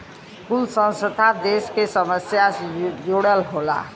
कुल संस्था देस के समस्या से जुड़ल होला